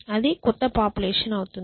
అది క్రొత్త పాపులేషన్ అవుతుంది